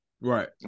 Right